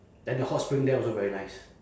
then the hot spring there also very nice